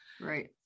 Right